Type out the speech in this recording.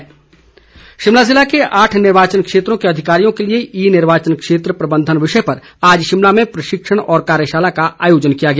बिंदल शिमला जिला के आठ निर्वाचन क्षेत्रों के अधिकारियों के लिए ई निर्वाचन क्षेत्र प्रबंधन विषय पर आज शिमला में प्रशिक्षण व कार्यशाला का आयोजन किया गया